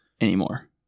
anymore